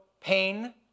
pain